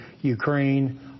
Ukraine